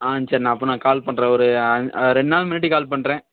ஆ சரிண்ணா அப்படினா கால் பண்ணுறேன் ஒரு ரெண்டு நாள் முன்னாடி கால் பண்ணுறேன்